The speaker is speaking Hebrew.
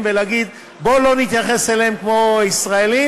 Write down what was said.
ולהגיד: בוא לא נתייחס אליהם כמו לישראלים,